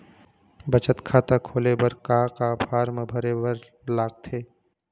बचत खाता खोले बर का का फॉर्म भरे बार लगथे?